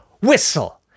Whistle